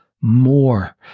more